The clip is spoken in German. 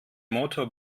motor